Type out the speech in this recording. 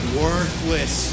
worthless